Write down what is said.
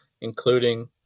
including